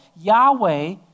Yahweh